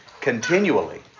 continually